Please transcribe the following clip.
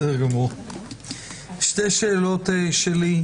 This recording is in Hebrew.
שתי שאלות שלי,